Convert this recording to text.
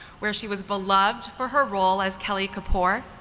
where she was beloved for her role as kelly kapor,